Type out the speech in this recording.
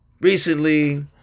recently